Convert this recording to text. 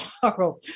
tomorrow